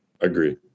agree